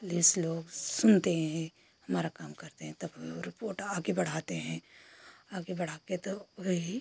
police लोग सुनते हें हमारा काम करते हैं तब हम रिपोट आगे बढ़ाते हैं आगे बढ़ाकर तो वही